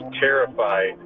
terrified